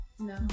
no